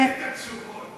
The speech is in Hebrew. הוא משכפל את התשובות,